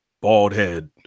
Baldhead